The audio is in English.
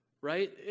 right